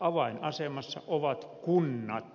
avainasemassa ovat kunnat